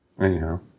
Anyhow